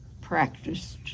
practiced